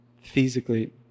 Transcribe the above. physically